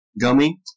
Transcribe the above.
Gummy